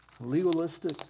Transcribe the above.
legalistic